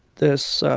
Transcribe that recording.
this